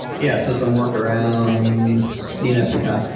yes. there's some work-arounds dns recon.